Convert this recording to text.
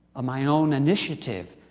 of my own initiative,